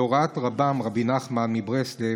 בהוראת רבם רבי נחמן מברסלב,